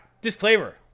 Disclaimer